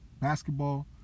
basketball